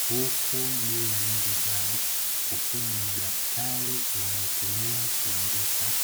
huku juu ya meza zao kukiwa na madaftari wanayotumia kuandika